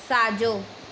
साजो॒